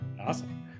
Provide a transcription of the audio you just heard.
Awesome